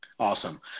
Awesome